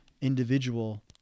individual